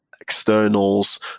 externals